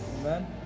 amen